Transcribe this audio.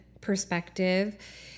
perspective